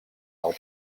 del